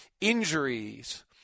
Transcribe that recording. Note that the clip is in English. injuries